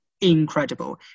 incredible